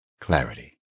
clarity